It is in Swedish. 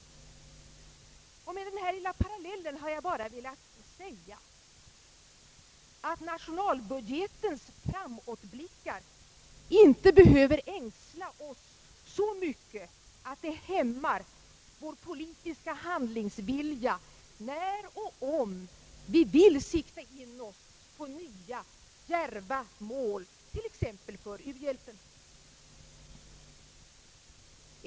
Med denna lilla parallell har jag bara velat säga att nationalbudgetens framåtblickar inte behöver ängsla oss så mycket att det hämmar vår politiska handlingsvilja, när och om vi vill sikta in oss på nya djärva mål, t.ex. för uhjälpen.